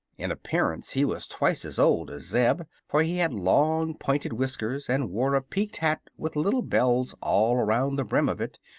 in appearance he was twice as old as zeb, for he had long pointed whiskers and wore a peaked hat with little bells all around the brim of it,